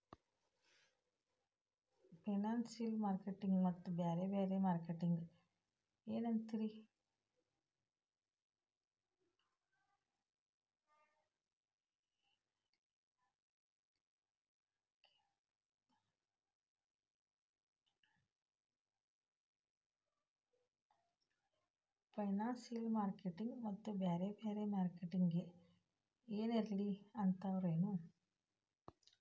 Financial marketing ಮತ್ತ ಬ್ಯಾರೆ ಬ್ಯಾರೆ ಮಾರ್ಕೆಟಿಂಗ್ ಗೆ ಏನರಲಿಂಕಿರ್ತಾವೆನು?